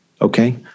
okay